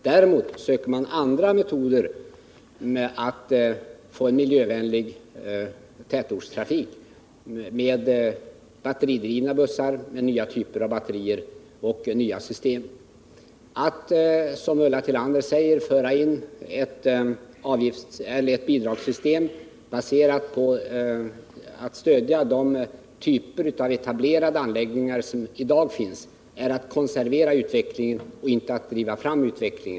Däremot söker man andra metoder för att få en miljövänlig tätortstrafik, med batteridrivna bussar med nya typer av batterier och nya system. Att som Ulla Tillander förordar införa ett bidragssystem som stödjer de typer av etablerade anläggningar som finns i dag är att konservera utvecklingen och att inte driva fram den.